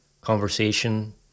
conversation